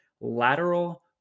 lateral